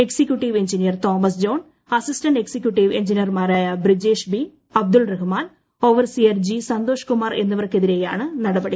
executive engineer Thomas John assistant executive എഞ്ചിനീയർമാരായ Brijesh B Abdul Rahman overseer G Santhosh Kumar എന്നിവർക്ക് എതിരെയാണ് നടപടി